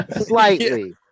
slightly